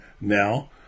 now